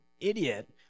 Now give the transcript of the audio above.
idiot